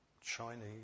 Chinese